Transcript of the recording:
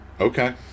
Okay